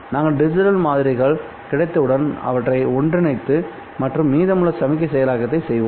நாங்கள் டிஜிட்டல் மாதிரிகள் கிடைத்தவுடன் அவற்றை ஒன்றிணைத்து மற்றும் மீதமுள்ள சமிக்ஞை செயலாக்கத்தை செய்வோம்